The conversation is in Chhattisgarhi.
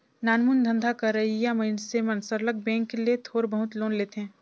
नानमुन धंधा करइया मइनसे मन सरलग बेंक ले थोर बहुत लोन लेथें